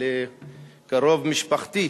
לקרוב משפחתי,